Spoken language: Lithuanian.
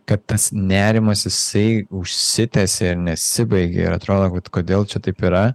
kad tas nerimas jisai užsitęsė nesibaigia ir atrodo kad kodėl čia taip yra